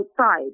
outside